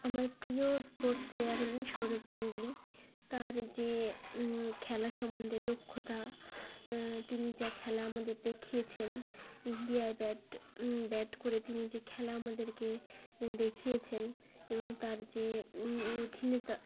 আমার প্রিয় sports player হলেন সৌরভ গাঙ্গুলি তার যে খেলা সম্বন্ধে দক্ষতা তিনি যা খেলা আমাদের দেখিয়েছেন ইন্ডিয়ায় ব্যাট ব্যাট করে তিনি যে খেলা আমাদেরকে দেখিয়েছেন এবং তার যে অধিনেতা